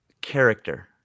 character